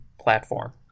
platform